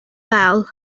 bell